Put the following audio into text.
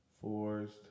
forced